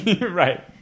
Right